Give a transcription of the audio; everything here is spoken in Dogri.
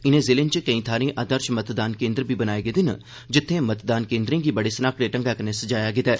इनें जिलें च केई थाहरें आदर्श मतदान केन्द्र बी बनाए गेदे न जित्थें मतदान केन्द्रें गी बड़े स्नाकड़े ढंग्गै कन्नै सजाया गेदा ऐ